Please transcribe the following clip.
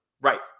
right